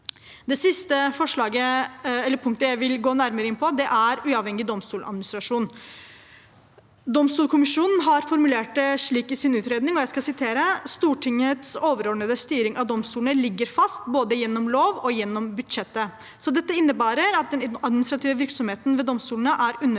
Det siste punktet jeg vil gå nærmere inn på, er uavhengig domstoladministrasjon. Domstolkommisjonen har formulert det slik i sin utredning: «Stortingets overordnede styring av domstolene ligger fast, både gjennom lov og gjennom budsjettet.» Dette innebærer at den administrative virksomheten ved domstolene er underlagt